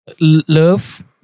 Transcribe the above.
Love